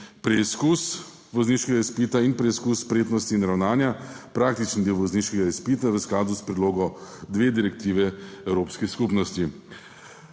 preizkus vozniškega izpita in preizkus spretnosti in ravnanja, praktični del vozniškega izpita v skladu s predlogom dveh direktiv evropske skupnosti.